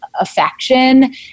affection